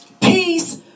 Peace